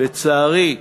לצערי,